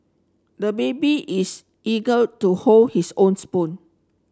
the baby is eager to hold his own spoon